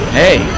hey